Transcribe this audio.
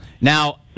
Now